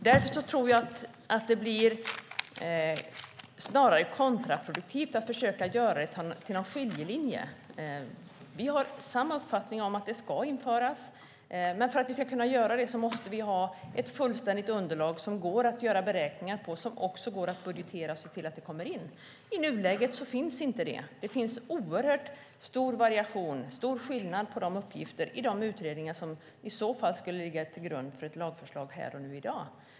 Därför tror jag att det snarare blir kontraproduktivt att försöka göra det till en skiljelinje. Vi har samma uppfattning om att det ska införas. Men för att kunna göra det måste vi ha ett fullständigt underlag som det går att göra beräkningar på, som det går att budgetera och se till att det kommer in. I nuläget finns inte det. Det är en oerhört stor skillnad på de uppgifter som finns i de utredningar som i så fall skulle ligga till grund för ett lagförslag här och nu.